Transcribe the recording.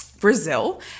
Brazil